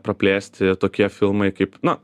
praplėsti tokie filmai kaip nu